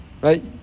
right